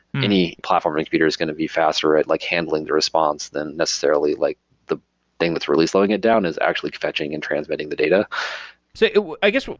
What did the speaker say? any platform a computer is going to be faster at like handling the response, than necessarily like the thing that's really slowing it down is actually fetching and transmitting the data so i guess,